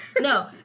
No